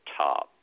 top